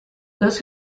those